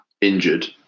injured